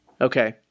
Okay